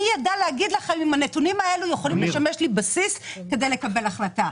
אני אדע לומר לכם אם הנתונים האלה יכולים לשמש לי בסיס כדי לקבל החלטה.